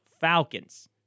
Falcons